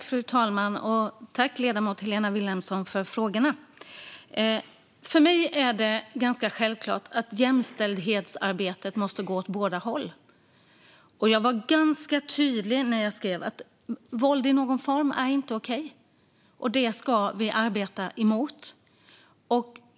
Fru talman! Tack, ledamoten Helena Vilhelmsson, för frågorna! För mig är det ganska självklart att jämställdhetsarbetet måste gå åt båda hållen. Jag var ganska tydlig när jag sa att våld inte är okej i någon form. Det ska vi arbeta mot.